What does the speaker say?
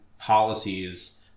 policies